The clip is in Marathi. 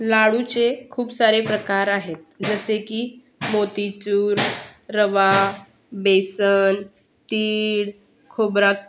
लाडूचे खूप सारे प्रकार आहेत जसे की मोतीचूर रवा बेसन तीळ खोबरा